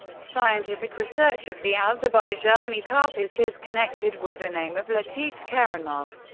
scientific research of the azerbaijani carpet is connected with the name of latif kerimov,